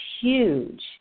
huge